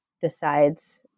decides